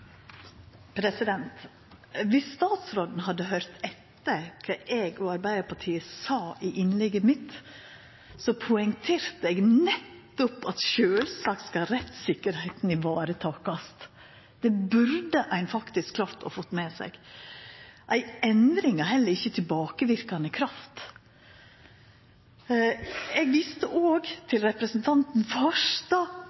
statsråden hadde høyrt etter då eg – og Arbeidarpartiet – heldt innlegget mitt, hadde han høyrt at eg nettopp poengterte at sjølvsagt skal rettssikkerheita takast vare på. Det burde ein faktisk ha klart å få med seg.